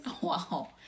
Wow